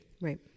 right